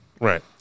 Right